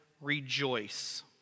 rejoice